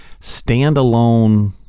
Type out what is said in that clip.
standalone